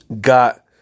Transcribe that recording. Got